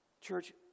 Church